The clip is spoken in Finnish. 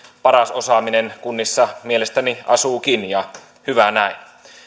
paras osaaminen kunnissa mielestäni asuukin ja hyvä näin